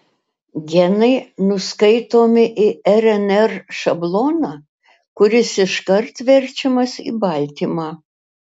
genai nuskaitomi į rnr šabloną kuris iškart verčiamas į baltymą